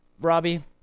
Robbie